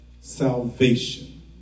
salvation